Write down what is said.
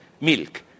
milk